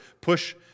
push